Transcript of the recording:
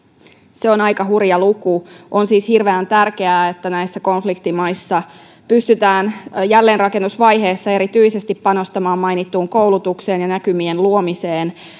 se on aika hurja luku on siis hirveän tärkeää että näissä konfliktimaissa pystytään jälleenrakennusvaiheessa erityisesti panostamaan mainittuihin koulutukseen ja näkymien luomiseen